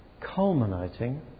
culminating